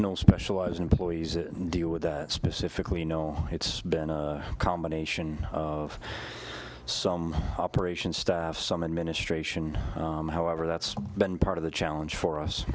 know specialized employees to deal with specifically you know it's been a combination of some operation staff some administration however that's been part of the challenge for us